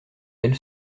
elle